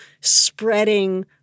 spreading